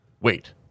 Wait